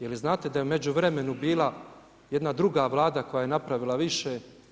Je li znate da je u međuvremenu bila jedna druga Vlada koja je napravila više?